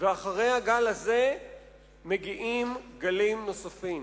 ואחרי הגל הזה מגיעים גלים נוספים.